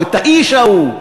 או את האיש ההוא,